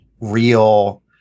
real